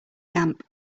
camp